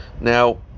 Now